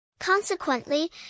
Consequently